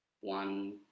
one